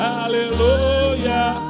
Hallelujah